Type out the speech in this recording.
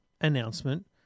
announcement